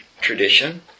tradition